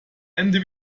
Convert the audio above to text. ende